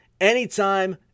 anytime